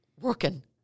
working